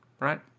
right